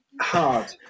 Hard